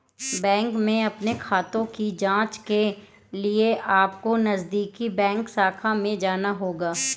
bank में अपने खाते की जांच के लिए अपको नजदीकी बैंक शाखा में जाना होगा